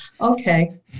okay